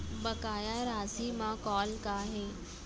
बकाया राशि मा कॉल का हे?